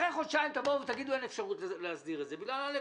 אחרי חודשיים תבואו ותגידו: אין אפשרות להסדיר את זה בגלל א',